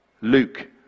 luke